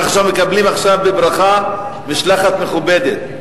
אנחנו עכשיו מקבלים בברכה משלחת מכובדת.